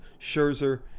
Scherzer